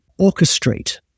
orchestrate